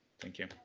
thank you.